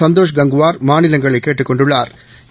சந்தோஷ் கங்குவாா் மாநிலங்களை கேட்டுக் கொண்டுள்ளாா்